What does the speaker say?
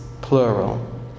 plural